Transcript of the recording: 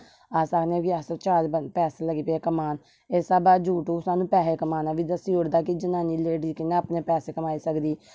अस आक्खने कि अस चार पैसे लग्गी पे कमान इस स्हाबे दा यूट्यूब सानू पैसे कमाना बी दस्सी ओड़दा कि जनानी लैडीज कियां अपने पैसे कमाई सकदी ऐ